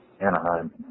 Anaheim